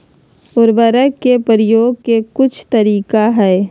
उरवरक के परयोग के कुछ तरीका हई